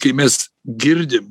kai mes girdim